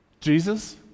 Jesus